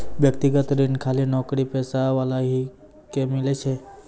व्यक्तिगत ऋण खाली नौकरीपेशा वाला ही के मिलै छै?